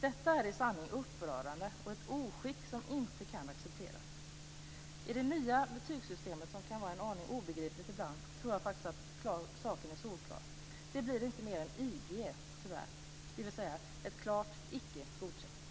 Detta är i sanning upprörande och ett oskick som inte kan accepteras. I det nya betygssystemet, som kan vara en aning obegripligt ibland, tror jag faktiskt att saken är solklar: Det blir tyvärr inte mer än IG, dvs. ett klart Icke godkänt!